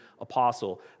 apostle